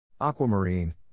Aquamarine